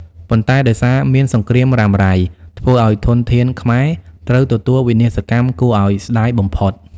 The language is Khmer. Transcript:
ប៉ុន្តែដោយសារមានសង្រ្គាមរ៉ាំរ៉ៃធ្វើឲ្យធនធានខ្មែរ ត្រូវទទួលវិនាសកម្មគួរឲ្យស្ដាយបំផុត។